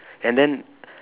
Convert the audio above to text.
and then